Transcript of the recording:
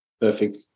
Perfect